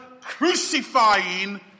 crucifying